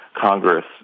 Congress